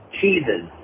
Cheeses